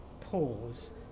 pause